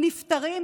נפטרים,